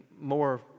more